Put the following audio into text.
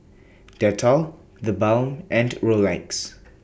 Dettol TheBalm and Rolex